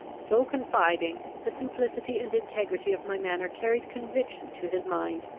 so confiding, the simplicity and integrity of my manner carried conviction to his mind,